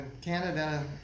Canada